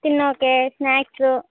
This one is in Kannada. ತಿನ್ನೋಕೆ ಸ್ನಾಕ್ಸು